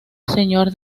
señor